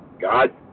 God